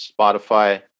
Spotify